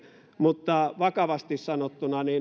mutta vakavasti sanottuna